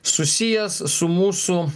susijęs su mūsų